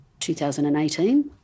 2018